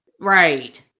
Right